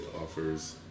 offers